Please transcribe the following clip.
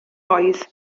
oedd